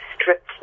stripped